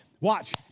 watch